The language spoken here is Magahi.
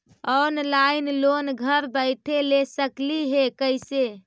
ऑनलाइन लोन घर बैठे ले सकली हे, कैसे?